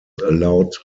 allowed